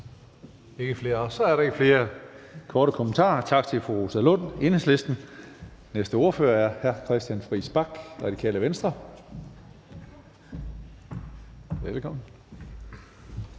Så er der ikke flere korte bemærkninger. Tak til fru Rosa Lund, Enhedslisten. Den næste ordfører er hr. Christian Friis Bach, Radikale Venstre. Velkommen.